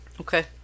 Okay